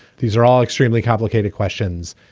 these are all extremely complicated questions.